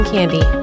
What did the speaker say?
Candy